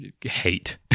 hate